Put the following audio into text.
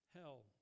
Hell